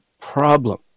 problem